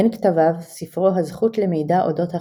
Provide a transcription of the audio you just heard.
בין כתביו, ספרו "הזכות למידע אודות החברה".